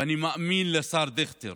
ואני מאמין לשר דיכטר.